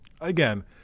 again